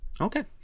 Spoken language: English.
Okay